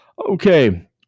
Okay